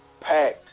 Packed